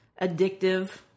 addictive